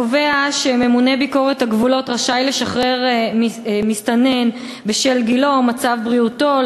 קובע שממונה ביקורת הגבולות רשאי לשחרר מסתנן בשל גילו או מצב בריאותו,